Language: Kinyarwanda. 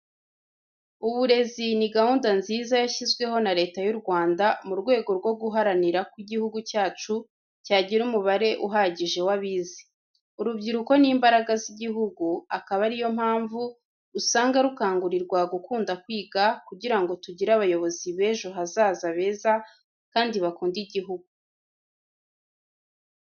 Uburezi ni gahunda nziza yashyizweho na Leta y'u Rwanda mu rwego rwo guharanira ko igihugu cyacu cyagira umubare uhagije wabize. Urubyiruko ni imbaraga z'igihugu, akaba ari yo mpamvu, usanga rukangurirwa gukunda kwiga, kugira ngo tugire abayobozi b'ejo hazaza beza kandi bakunda igihugu.